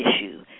issue